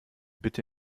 bitte